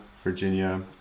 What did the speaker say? Virginia